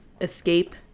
escape